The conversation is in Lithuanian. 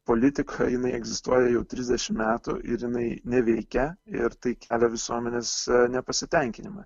politika jinai egzistuoja jau trisdešim metų ir jinai neveikia ir tai kelia visuomenės nepasitenkinimą